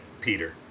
Peter